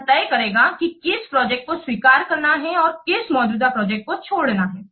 यह तय करेगा कि किस प्रोजेक्ट को स्वीकार करना है और किस मौजूदा प्रोजेक्ट को छोड़ना है